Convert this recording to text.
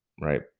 Right